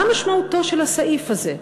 מה משמעותו של הסעיף הזה?